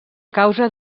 causa